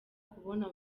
kubona